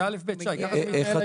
זה אל"ף-בי"ת, זה ככה מתנהל היום.